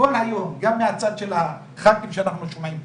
כל היום, גם מהצד של הח"כים שאנחנו שומעים פה,